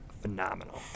phenomenal